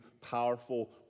powerful